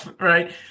Right